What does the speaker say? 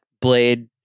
blade